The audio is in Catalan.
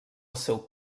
seu